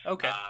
Okay